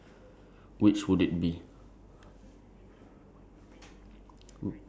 okay so my last card is if you could relive a moment